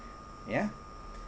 ya